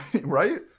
right